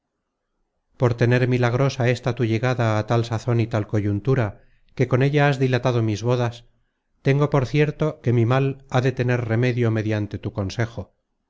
por tener milagrosa esta tu llegada á tal sazon y tal coyuntura que con ella has dilatado mis bodas tengo por cierto que mi mal ha de tener remedio mediante tu consejo